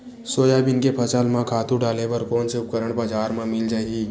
Soybean के फसल म खातु डाले बर कोन से उपकरण बजार म मिल जाहि?